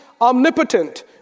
omnipotent